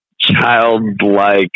childlike